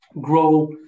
grow